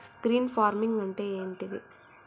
Green farming అంటే ఏమిటి?